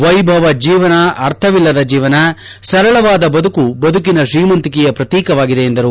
ವೈಭವ ಜೀವನ ಅರ್ಥವಿಲ್ಲದ ಜೀವನ ಸರಳವಾದ ಬದುಕು ಬದುಕಿನ ಶ್ರೀಮಂತಿಕೆಯ ಪ್ರತೀಕವಾಗಿದೆ ಎಂದರು